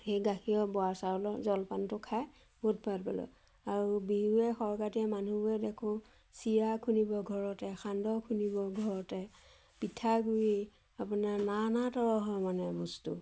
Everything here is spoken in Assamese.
সেই গাখীৰৰ বৰা চাউলৰ জলপানটো খাই বহুত ভাল পালোঁ আৰু বিহুৱে সংক্ৰান্তিয়ে মানুহবোৰে দেখোঁ চিৰা খুন্দিব ঘৰতে সান্দহ খুন্দিব ঘৰতে পিঠাগুড়ি আপোনাৰ নানা তৰহৰ মানে বস্তু